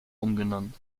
umbenannt